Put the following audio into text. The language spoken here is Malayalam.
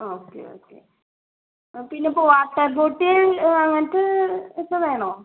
ഓക്കെ ഓക്കെ പിന്നെ വാട്ടർ ബോട്ടിൽ അങ്ങനത്തേത് ഇപ്പോൾ വേണോ